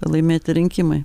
laimėti rinkimai